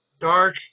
Dark